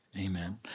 Amen